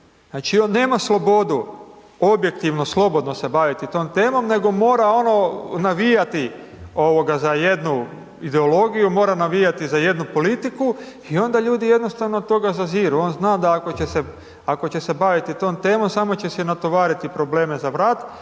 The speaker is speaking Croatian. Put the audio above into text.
Znači, on nema slobodu objektivno, slobodno se baviti tom temom, nego mora ono navijati za jednu ideologiju, mora navijati za jednu politiku i onda ljudi jednostavno od toga zaziru, on zna da ako će se baviti tom temom samo će si natovariti probleme za vrat,